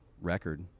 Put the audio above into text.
record